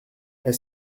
est